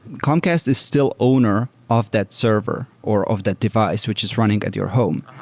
comcast is still owner of that server or of that device which is running at your home.